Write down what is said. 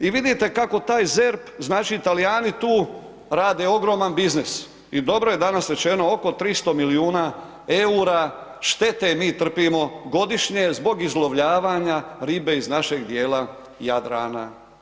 I vidite kako taj ZERP, znači Talijani tu rade ogroman biznis i dobro je danas rečeno oko 300 milijuna eura štete mi trpimo godišnje zbog izlovljavanja ribe iz našeg djela Jadrana.